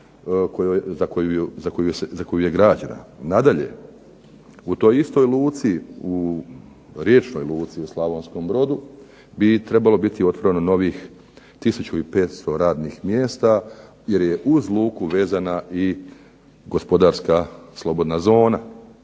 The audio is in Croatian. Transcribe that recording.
za koju je građena. Nadalje, u toj istoj luci, u riječnoj luci u Slavonskom Brodu bi trebalo biti otvoreno novih tisuću i 500 radnih mjesta, jer je uz luku vezana i gospodarska slobodna zona.